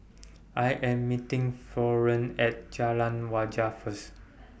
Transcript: I Am meeting Florene At Jalan Wajek First